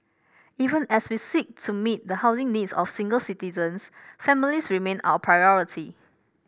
even as we seek to meet the housing needs of single citizens families remain our priority